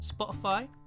Spotify